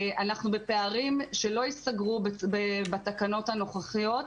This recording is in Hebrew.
אנחנו בפערים שלא ייסגרו בתקנות הנוכחיות,